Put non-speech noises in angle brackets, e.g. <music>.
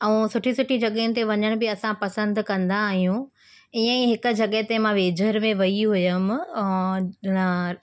ऐं सुठी सुठी जॻहियुनि ते वञण बि असां पसंदि कंदा आहियूं ईअं ई हिक जॻहि ते मां वेझर में वई हुयमि <unintelligible>